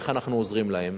איך אנחנו עוזרים להם?